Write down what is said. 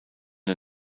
der